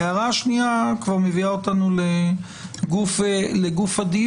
ההערה השנייה כבר מביאה אותנו לגוף הדיון.